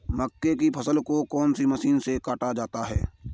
मक्के की फसल को कौन सी मशीन से काटा जाता है?